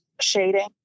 shading